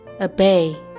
obey